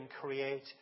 create